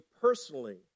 personally